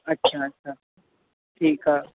अच्छा अच्छा ठीकु आहे